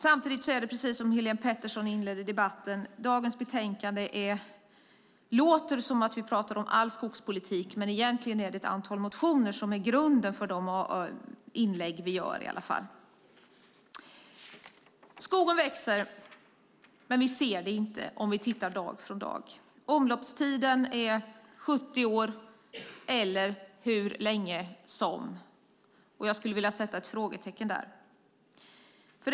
Samtidigt är det, precis som Helén Pettersson sade i början av debatten: Av rubriken på dagens betänkande låter det som om vi pratar om all skogspolitik, men egentligen är det ett antal motioner som är grunden för våra inlägg. Skogen växer, men vi ser det inte från dag till dag. Omloppstiden är 70 år eller så lång som - här skulle jag vilja sätta ett frågetecken.